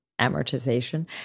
amortization